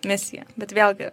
misija bet vėlgi